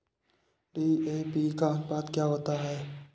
DAP का अनुपात क्या होता है?